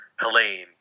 Helene